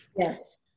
Yes